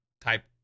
type